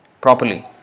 properly